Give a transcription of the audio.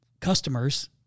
customers